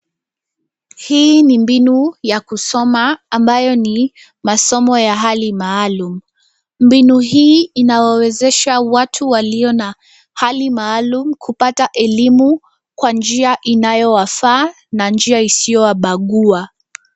Hii ni mbinu ya kusoma ambayo ni masomo ya hali maalum. Mbinu hii inawawezesha watu walio na hali maalum kupata elimu kwa njia inayowafaa na njia isiyowabagua.